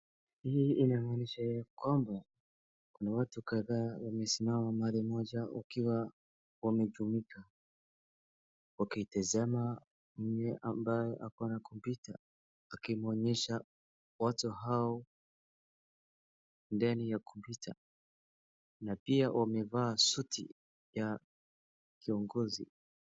Hii inaonyesha ya kwamba, kuna watu kadhaa wamesimama mahali moja wakiwa wamejumuika wakitazama mume ambaye ako na kompyuta akiwaonyesha watu hao ndani ya kompyuta, na pia wamevaa suti ya kiongozi.